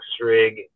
rig